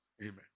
Amen